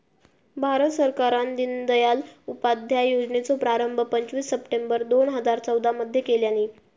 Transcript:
भारत सरकारान दिनदयाल उपाध्याय योजनेचो प्रारंभ पंचवीस सप्टेंबर दोन हजार चौदा मध्ये केल्यानी